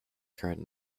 current